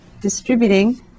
distributing